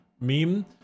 meme